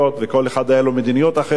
וכל אחד היתה לו מדיניות אחרת.